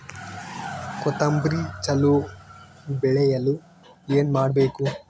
ಕೊತೊಂಬ್ರಿ ಚಲೋ ಬೆಳೆಯಲು ಏನ್ ಮಾಡ್ಬೇಕು?